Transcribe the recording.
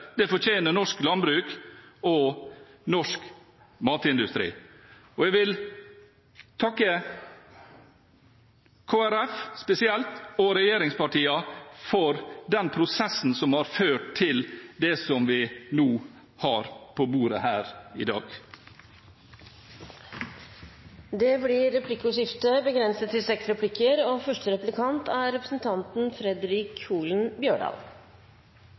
Det fortjener norske bønder, og det fortjener norsk landbruk og norsk matindustri. Jeg vil takke Kristelig Folkeparti, spesielt, og regjeringspartiene for den prosessen som har ført til det som vi nå har på bordet her i dag. Det blir replikkordskifte. Vi er mange som er bekymra over strukturprofilen i årets jordbruksoppgjer. Sjølv om Venstre og